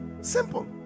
Simple